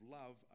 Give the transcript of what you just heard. love